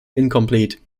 incomplete